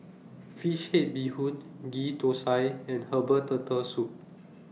Fish Head Bee Hoon Ghee Thosai and Herbal Turtle Soup